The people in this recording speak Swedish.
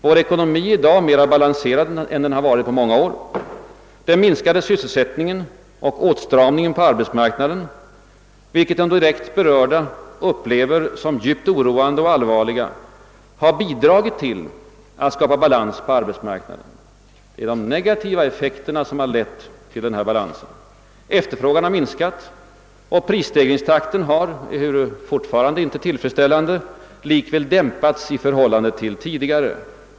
Vår ekonomi är i dag mera balanserad än den har varit på många år. Den minskade sysselsättningen och åtstramningen på arbetsmarknaden — vilket de direkt berörda upplever som djupt oroande och allvarliga — har bidragit till att skapa balans på arbetsmarknaden. Det är de negativa effekterna som har lett till denna balans. Efterfrågan har minskat och prisstegringstakten har, ehuru den fortfarande inte är tillfredsställande, likväl dämpats i förhållande till tidigare.